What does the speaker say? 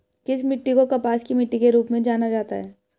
किस मिट्टी को कपास की मिट्टी के रूप में जाना जाता है?